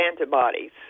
antibodies